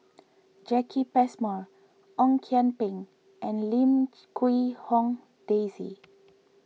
Jacki Passmore Ong Kian Peng and Lim Quee Hong Daisy